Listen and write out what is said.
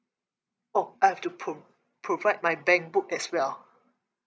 oh I have to pro~ provide my bankbook as well